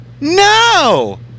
No